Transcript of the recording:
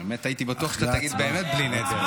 באמת הייתי בטוח שאתה תגיד: בלי נדר.